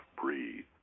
breathe